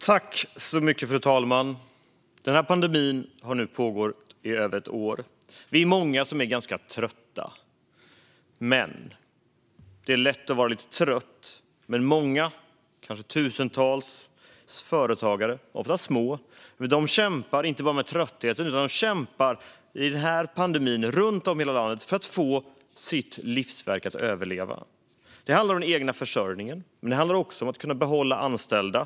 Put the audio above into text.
Fru talman! Pandemin har nu pågått i över ett år. Vi är många som är ganska trötta. Men det är lätt att vara lite trött. Många, kanske tusentals, ofta små företagare kämpar inte bara med tröttheten. De kämpar runt om i hela landet för att få sina livsverk att överleva pandemin. Det handlar om den egna försörjningen. Men det handlar också om att kunna behålla anställda.